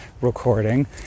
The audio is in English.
recording